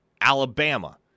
Alabama